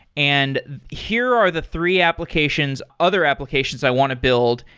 and here are the three applications, other applications i want to build.